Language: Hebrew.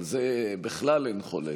על זה בכלל אין חולק.